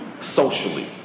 socially